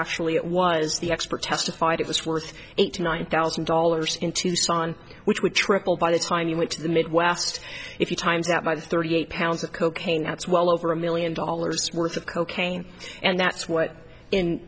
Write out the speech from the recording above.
actually it was the expert testified it's worth eighty nine thousand dollars in tucson which would triple by the time you went to the midwest if you times that by the thirty eight pounds of cocaine that's well over a million dollars worth of cocaine and that's what in